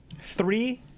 three